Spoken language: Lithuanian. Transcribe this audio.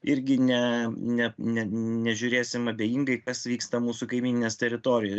irgi ne ne ne nežiūrėsim abejingai kas vyksta mūsų kaimyninės teritorijoj